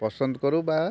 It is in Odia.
ପସନ୍ଦ କରୁ ବା